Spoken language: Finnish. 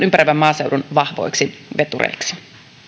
ympäröivän maaseudun vahvoiksi vetureiksi